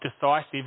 decisive